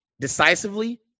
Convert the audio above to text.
decisively